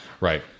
right